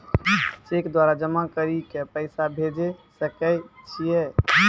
Cheque द्वारा जमा करि के पैसा भेजै सकय छियै?